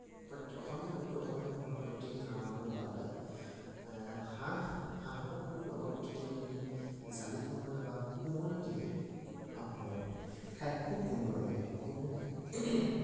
প হয়তো অসমীয়া হয়তো অসমীয়া মানুহ প্ৰত্যেকেই হাঁহ মাংসটো ভাল পায় হাঁহ হাঁহৰ আৰু লগত যদি আপুনি জালি কোমোৰা বা কোমোৰা দিয়ে হাঁহৰ লগত খাই খুব সুন্দৰ লাগে কোমোৰা